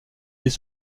des